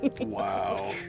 Wow